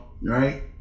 right